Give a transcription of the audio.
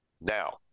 now